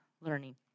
learning